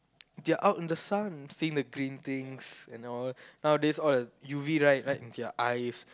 they're out in the sun seeing the green things and all nowadays all the U_V light right into their eyes